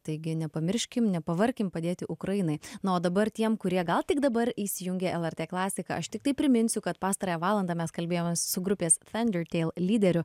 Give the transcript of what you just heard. taigi nepamirškim nepavarkim padėti ukrainai na o dabar tiem kurie gal tik dabar įsijungė lrt klasika aš tiktai priminsiu kad pastarąją valandą mes kalbėjomės su grupės thundertale lyderiu